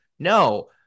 No